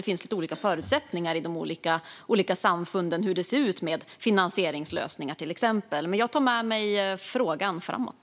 Det finns lite olika förutsättningar i de olika samfunden, till exempel hur det ser ut med finansieringslösningar. Jag tar med mig frågan framåt.